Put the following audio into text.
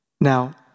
Now